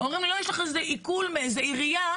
אומרים יש לך איזה עיקול מאיזו עירייה.